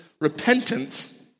repentance